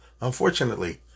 Unfortunately